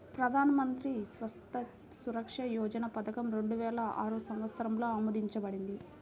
ప్రధాన్ మంత్రి స్వాస్థ్య సురక్ష యోజన పథకం రెండు వేల ఆరు సంవత్సరంలో ఆమోదించబడింది